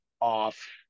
off